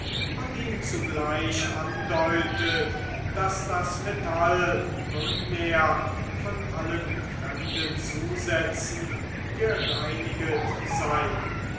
und ihm zugleich andeutet daß das metall nunmehr von allen fremden zusätzen gereiniget sei